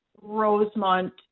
Rosemont